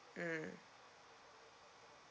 mm